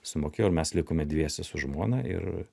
sumokėjau ir mes likome dviese su žmona ir